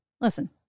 Listen